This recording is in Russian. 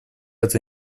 это